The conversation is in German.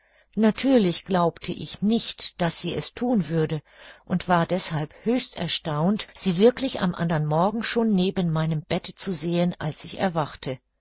natürlich glaubte ich nicht daß sie es thun würde und war deshalb höchst erstaunt sie wirklich am andern morgen schon neben meinem bette zu sehen als ich erwachte